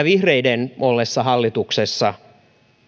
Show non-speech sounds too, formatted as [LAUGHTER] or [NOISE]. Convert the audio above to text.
[UNINTELLIGIBLE] vihreiden ollessa hallituksessa